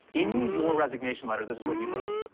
in your resignation letter, this is what you wrote.